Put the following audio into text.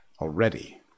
Already